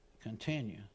continue